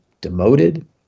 demoted